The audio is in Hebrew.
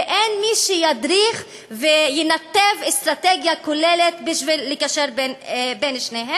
ואין מי שידריך וינתב אסטרטגיה כוללת בשביל לקשר בין הדברים.